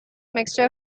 mixture